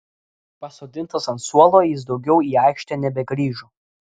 pasodintas ant suolo jis daugiau į aikštę nebegrįžo